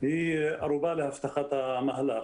היא הערובה להבטחת המהלך.